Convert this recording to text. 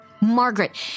Margaret